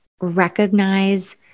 recognize